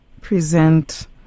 present